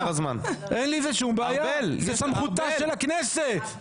זאת סמכותה של הכנסת.